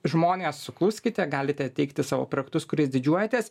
žmonės sukluskite galite teikti savo projektus kuriais didžiuojatės